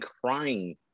crying